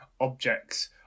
objects